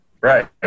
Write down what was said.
Right